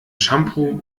shampoo